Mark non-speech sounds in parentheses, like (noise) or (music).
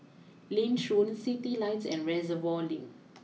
Lange (unintelligible) Citylights and Reservoir Link